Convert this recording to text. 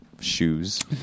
shoes